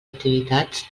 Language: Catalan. activitats